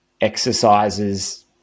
exercises